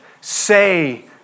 say